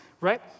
right